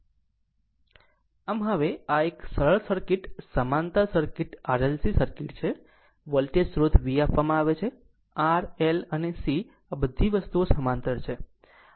આમ હવે આ એક સરળ સમાંતર સર્કિટ RLC સર્કિટ છે વોલ્ટેજ સ્ત્રોત V આપવામાં આવે છે R L અને C આ બધી વસ્તુઓ સમાંતર છે